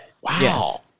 Wow